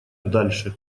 дальше